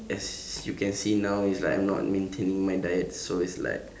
as you can see now it's like I am not maintaining my diet so it's like